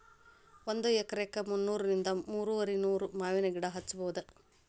ಒಂದ ಎಕರೆಕ ಮುನ್ನೂರಿಂದ ಮೂರುವರಿನೂರ ಮಾವಿನ ಗಿಡಾ ಹಚ್ಚಬೌದ